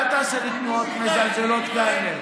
אל תעשה לי תנועות מזלזלות כאלה.